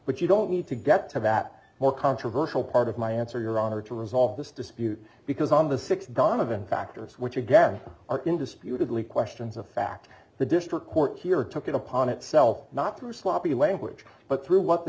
you don't need to get to that more controversial part of my answer your honor to resolve this dispute because on the six donovan factors which again are indisputably questions of fact the district court here took it upon itself not through sloppy language but through what the